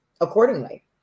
accordingly